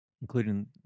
including